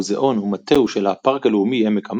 המוזיאון ומטהו של "הפארק הלאומי עמק המוות"